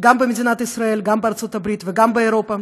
גם במדינת ישראל, גם בארצות הברית וגם באירופה.